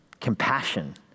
compassion